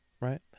right